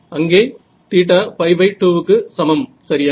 அங்கே θ π2 சரியா